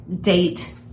date